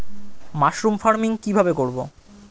Mushroom farming কি ভাবে করব?